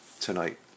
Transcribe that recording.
tonight